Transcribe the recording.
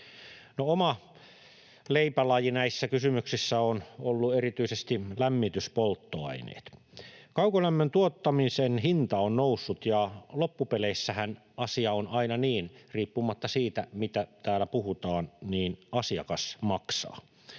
Omana leipälajinaan näissä kysymyksissä ovat olleet erityisesti lämmityspolttoaineet. Kaukolämmön tuottamisen hinta on noussut, ja loppupeleissähän asia on aina niin — riippumatta siitä, mitä täällä puhutaan — että asiakas maksaa.